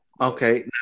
Okay